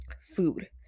Food